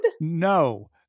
no